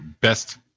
best